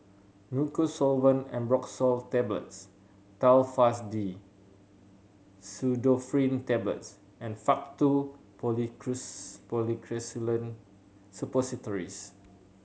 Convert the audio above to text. Mucosolvan Ambroxol Tablets Telfast D Pseudoephrine Tablets and Faktu Policresulen Suppositories